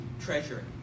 treasure